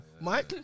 Mike